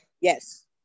Yes